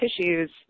tissues